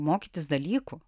mokytis dalykų